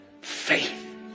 faith